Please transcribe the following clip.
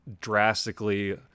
drastically